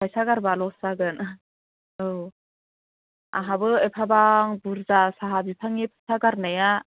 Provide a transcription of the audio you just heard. फैसा गारबा लस जागोन औ आंहाबो एफाबां बुरजा साहा बिफांनि फैसा गारनाया